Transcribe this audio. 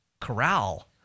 corral